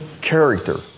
character